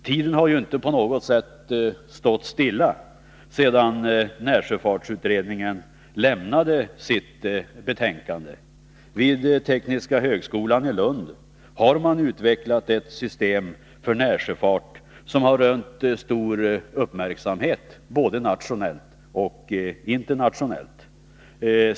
Tiden har inte på något sätt stått stilla, sedan närsjöfartsutredningen lämnade sitt betänkande. Vid Tekniska högskolan i Lund har man utvecklat ett system för närsjöfart, som rönt stor uppmärksamhet både nationellt och internationellt.